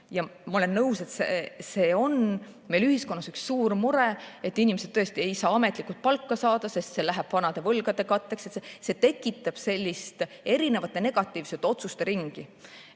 ma nõus, et see on ühiskonnas üks suur mure, kui inimesed tõesti ei saa ametlikult palka, sest see läheb vanade võlgade katteks, ja see tekitab sellist erinevate negatiivsete otsuste ringi.